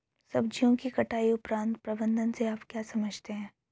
सब्जियों की कटाई उपरांत प्रबंधन से आप क्या समझते हैं?